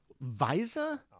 Visa